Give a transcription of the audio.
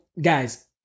guys